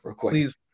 Please